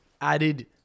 added